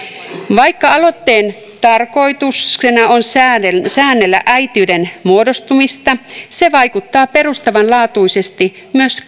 vaikka aloitteen tarkoituksena on säännellä äitiyden muodostumista se vaikuttaa perustavanlaatuisesti myös